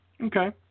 Okay